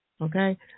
Okay